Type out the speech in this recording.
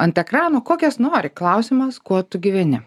ant ekrano kokias nori klausimas kuo tu gyveni